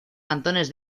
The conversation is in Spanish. cantones